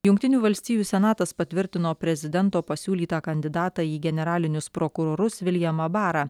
jungtinių valstijų senatas patvirtino prezidento pasiūlytą kandidatą į generalinius prokurorus viljamą barą